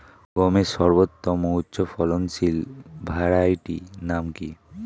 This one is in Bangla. গমের সর্বোত্তম উচ্চফলনশীল ভ্যারাইটি নাম কি?